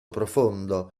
profondo